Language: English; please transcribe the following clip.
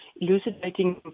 elucidating